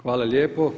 Hvala lijepo.